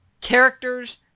Characters